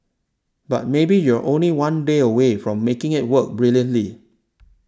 but maybe you're only one day away from making it work brilliantly